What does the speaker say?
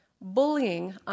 Bullying